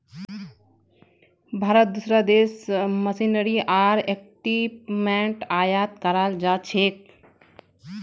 भारतत दूसरा देश स मशीनरी आर इक्विपमेंट आयात कराल जा छेक